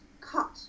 cut